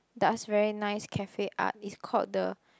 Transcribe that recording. does very nice cafe art is called the